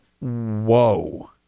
Whoa